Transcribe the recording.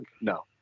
No